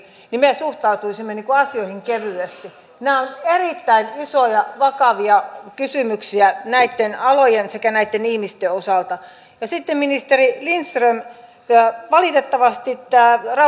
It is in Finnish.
on positiivista myönteistä että omaishoitoon panostetaan sitä ei ole kukaan kyseenalaistanut mutta me olemme tämmöisten heittojen varassa koska meillä ei ole muuta faktaa kuin teidän puheenne